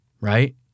right